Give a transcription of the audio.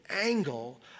angle